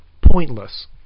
pointless